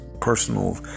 personal